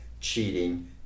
cheating